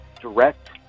direct